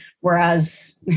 whereas